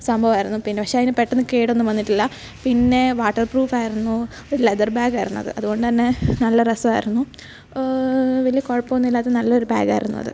സംഭവമായിരുന്നു പിന്നെ പക്ഷെ അയിന് പെട്ടെന്ന് കേട് ഒന്നും വന്നിട്ടില്ല പിന്നേ വാട്ടർപ്രൂഫ് ആയിരുന്നു ലെതർ ബാഗ് ആയിരുന്നു അത് അത് കൊണ്ടുതന്നെ നല്ല രസമായിരുന്നു വലിയ കുഴപ്പമൊന്നുമില്ലാത്ത നല്ലൊരു ബാഗ് ആയിരുന്നു അത്